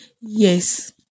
yes